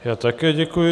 Já také děkuji.